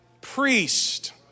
priest